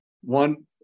one